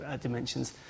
dimensions